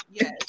Yes